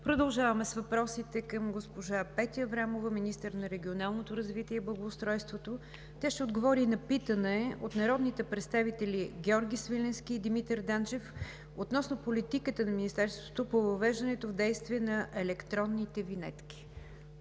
Продължаваме с въпросите към госпожа Петя Аврамова – министър на регионалното развитие и благоустройството. Тя ще отговори на питане от народните представители Георги Свиленски и Димитър Данчев относно политиката на Министерството по въвеждането в действие на електронните винетки.